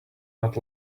not